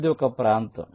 ఇది ఒక ప్రాంతం